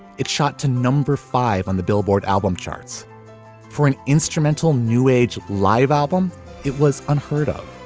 it shot to number five on the billboard album charts for an instrumental new age live album it was unheard of.